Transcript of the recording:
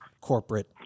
corporate